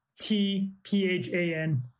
t-p-h-a-n